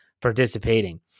participating